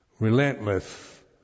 relentless